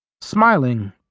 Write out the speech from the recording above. Smiling